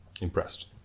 impressed